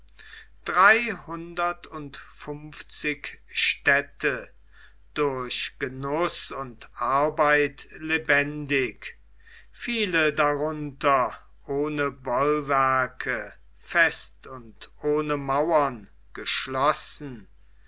fünfzig städte durch genuß und arbeit lebendig viele darunter ohne bollwerke fest und ohne mauern geschlossen